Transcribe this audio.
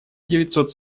девятьсот